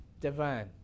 Divine